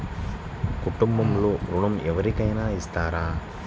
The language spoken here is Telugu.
కుటుంబంలో ఋణం ఎవరికైనా ఇస్తారా?